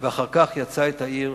ואחר כך יצאה את העיר,